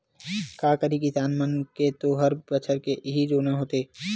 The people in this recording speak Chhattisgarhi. का करही किसान मन के तो हर बछर के इहीं रोना होथे